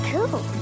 Cool